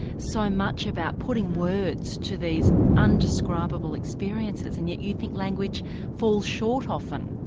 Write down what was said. so much about putting words to these ah indescribable experiences and yet you think language falls short often.